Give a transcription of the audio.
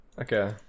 Okay